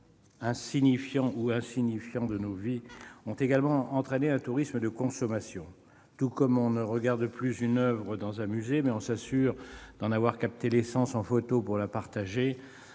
instant insignifiant de nos vies ont également entraîné un tourisme de consommation. Tout comme on ne regarde plus une oeuvre dans un musée pour s'assurer seulement d'en avoir capté l'essence en photo pour la partager,